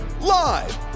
live